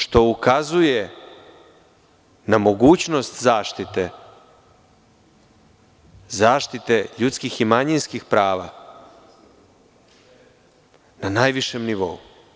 Što ukazuje na mogućnost zaštite, zaštite ljudskih i manjinskih prava na najvišem nivou.